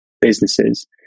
businesses